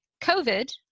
covid